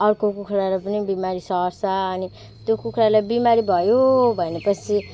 अर्को कुखुराहरूलाई पनि बिमारी सर्छ अनि त्यो कुखुरालाई बिमारी भयो भनेपछि